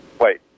Wait